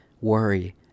worry